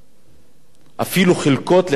אפילו חלקות לחיילים משוחררים,